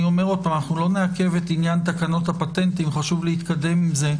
שוב - לא נעכב את עניין תקנות הפטנטים חשוב להתקדם עם זה.